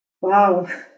Wow